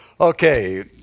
Okay